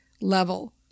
level